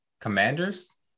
Commanders